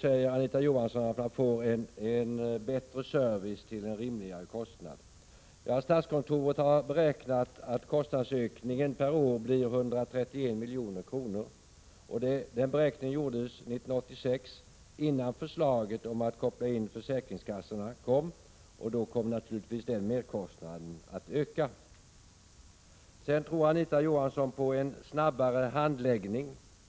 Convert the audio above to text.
säger Anita Johansson att man får en bättre service till en rimligare kostnad. Statskontoret har beräknat att kostnadsökningen per år blir 131 milj.kr. Den beräkningen gjordes 1986, innan förslaget om att koppla in försäkringskassorna presenterades. Därefter kommer naturligtvis merkostnaden att öka. Anita Johansson tror på en snabbare handläggning.